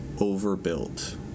overbuilt